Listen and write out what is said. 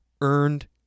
earned